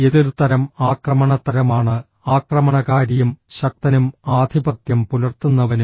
എതിർ തരം ആക്രമണ തരമാണ് ആക്രമണകാരിയും ശക്തനും ആധിപത്യം പുലർത്തുന്നവനും